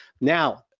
Now